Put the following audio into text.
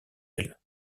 elle